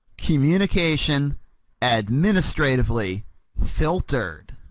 communication administratively filtered.